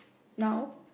now